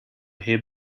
heb